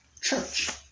Church